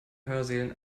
hörsälen